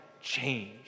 change